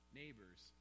neighbor's